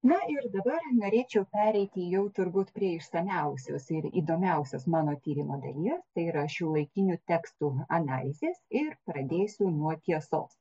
na ir dabar norėčiau pereiti jau turbūt prie išsamiausios ir įdomiausias mano tyrimo dalies tai yra šiuolaikinių tekstų analizės ir pradėsiu nuo tiesos